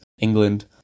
England